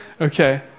Okay